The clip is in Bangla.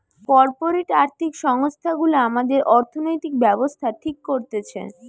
কর্পোরেট আর্থিক সংস্থা গুলা আমাদের অর্থনৈতিক ব্যাবস্থা ঠিক করতেছে